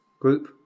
group